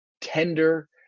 tender